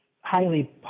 highly